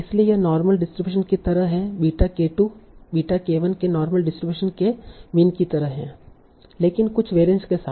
इसलिए यह normal distribution की तरह है बीटा k2 बीटा k1 के नार्मल डिस्ट्रीब्यूशन के मीन की तरह है लेकिन कुछ वेरीयंस के साथ